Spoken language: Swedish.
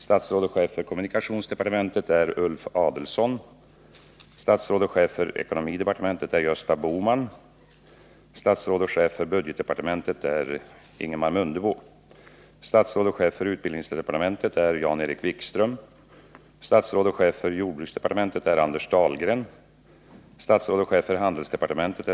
Statsråd och chef för kommunikationsdepartementet är Ulf Adelsohn. Statsråd och chef för ekonomidepartementet är Gösta Bohman. Statsråd och chef för budgetdepartementet är Ingemar Mundebo. Statsråd och chef för utbildningsdepartementet är Jan-Erik Wikström. Statsråd och chef för jordbruksdepartementet är Anders Dahlgren.